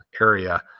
area